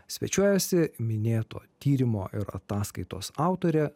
svečiuojasi minėto tyrimo ir ataskaitos autorė